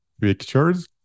pictures